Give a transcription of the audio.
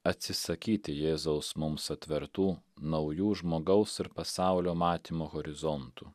atsisakyti jėzaus mums atvertų naujų žmogaus ir pasaulio matymo horizontų